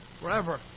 forever